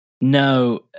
No